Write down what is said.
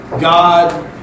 God